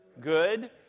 good